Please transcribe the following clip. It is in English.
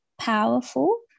powerful